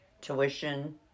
tuition